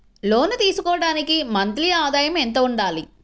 లోను తీసుకోవడానికి మంత్లీ ఆదాయము ఎంత ఉండాలి?